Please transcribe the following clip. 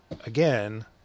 Again